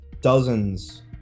dozens